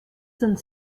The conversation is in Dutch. zijn